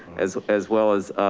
as as well as